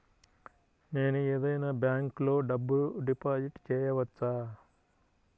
నేను ఏదైనా బ్యాంక్లో డబ్బు డిపాజిట్ చేయవచ్చా?